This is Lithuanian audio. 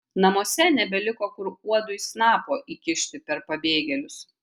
namuose nebeliko kur uodui snapo įkišti per pabėgėlius